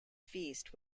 feast